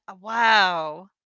Wow